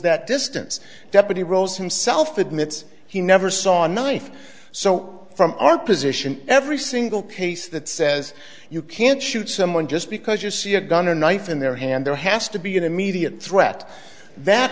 that distance deputy rose himself admits he never saw a knife so from our position every single case that says you can't shoot someone just because you see a gun or knife in their hand there has to be an immediate threat that